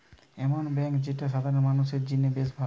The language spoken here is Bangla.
এমন বেঙ্ক যেটা সাধারণ মানুষদের জিনে বেশ ভালো